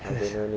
yes